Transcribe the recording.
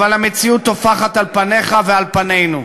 אבל המציאות טופחת על פניך ועל פנינו.